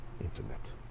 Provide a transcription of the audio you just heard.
Internet